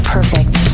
Perfect